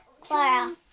Clara